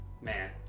Man